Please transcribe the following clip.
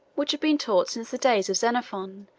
which had been taught since the days of xenophon,